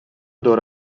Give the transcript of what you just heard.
دور